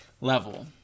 level